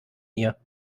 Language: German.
ihr